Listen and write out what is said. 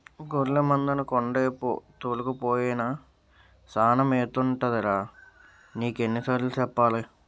గొర్లె మందని కొండేపు తోలుకపో సానా మేతుంటదని నీకెన్ని సార్లు సెప్పాలా?